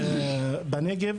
כבוד היו"ר,